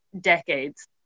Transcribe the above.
decades